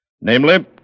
Namely